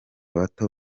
bato